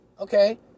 Okay